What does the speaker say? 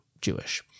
Jewish